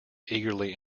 eagerly